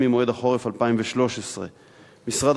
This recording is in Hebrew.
והם יוכלו להיבחן החל במועד החורף 2013. משרד